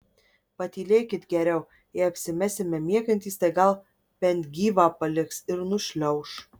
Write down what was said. patylėkit geriau jei apsimesime miegantys tai gal bent gyvą paliks ir nušliauš